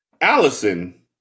Allison